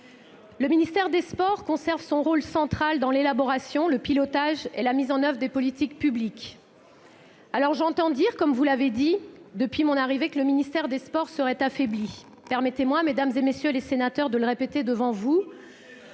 Le ministère des sports conserve son rôle central dans l'élaboration, le pilotage et la mise en oeuvre des politiques publiques. J'entends dire, comme vous l'avez dit, monsieur le sénateur, que, depuis mon arrivée, le ministère des sports serait affaibli. Oui ! Permettez-moi, mesdames, messieurs les sénateurs, de le répéter devant vous,